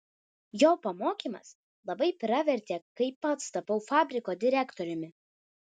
jo pamokymas labai pravertė kai pats tapau fabriko direktoriumi